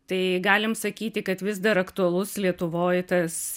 tai galim sakyti kad vis dar aktualus lietuvoj tas